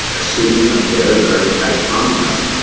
assuming a very, very tight contest.